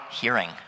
hearing